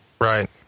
Right